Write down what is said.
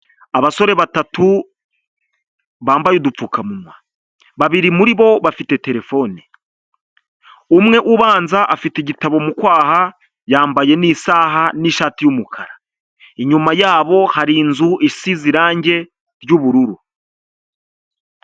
Abasore batatu bambaye udupfukamunwa, babiri muri bo bafite terefone, umwe ubanza afite igitabo mu kwaha yambaye n'isaha n'ishati y'umukara, inyuma yabo hari inzu isize irangi ry'ubururu.